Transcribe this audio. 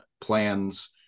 plans